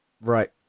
right